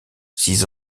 six